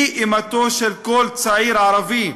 היא אימתו של כל צעיר ערבי,